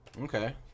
Okay